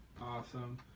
awesome